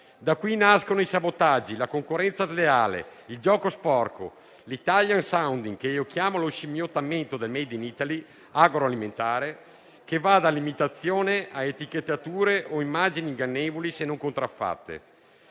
Da qui nascono i sabotaggi, la concorrenza sleale, il gioco sporco e l'*italian sounding* agroalimentare - che chiamo lo scimmiottamento del *made in Italy*, che va dall'imitazione a etichettature o immagini ingannevoli, se non contraffatte